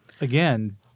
again